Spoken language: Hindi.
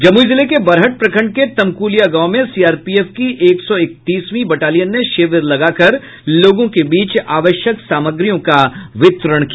जमुई जिले के बरहट प्रखंड के तम्कूलिया गांव में सीआरपीएफ की एक सौ इकतीसवीं बटालियन ने शिविर लगाकर लोगों के बीच आवश्यक सामग्रियों का वितरण किया